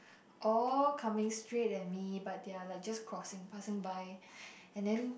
all coming straight at me but they are like just crossing passing by and then